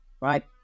right